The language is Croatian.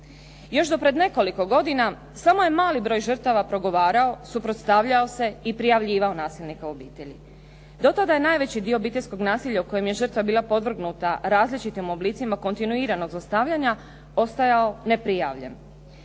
Još do pred nekoliko godina samo je mali broj žrtava progovarao, suprotstavljao se i prijavljivao nasilnika u obitelji. Do tada je najveći dio obiteljskog nasilja u kojem je žrtva bila podvrgnuta različitim oblicima kontinuiranog zlostavljanja ostajao neprijavljen.